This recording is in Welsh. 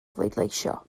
bleidleisio